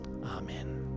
Amen